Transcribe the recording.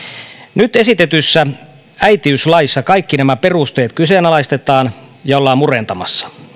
nyt esitetyssä äitiyslaissa kaikki nämä perusteet kyseenalaistetaan ja ollaan murentamassa